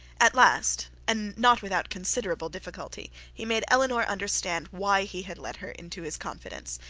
at last, and not without considerable difficulty, he made eleanor understand why he had let her into his confidence,